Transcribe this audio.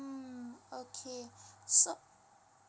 mm okay so